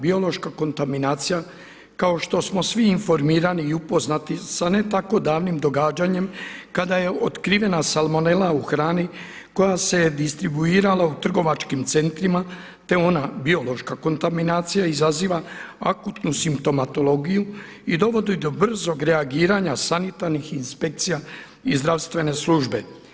Biološka kontaminacija kao što smo svi informirani i upoznati sa ne tako davnim događanjem kada je otkrivena salmonela u hrani koja se distribuirala u trgovačkim centrima, te ona biološka kontaminacija izaziva akutnu simptomatologiju i dovodi do brzog reagiranja sanitarnih inspekcija i zdravstvene službe.